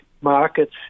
markets